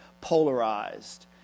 polarized